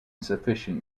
sufficient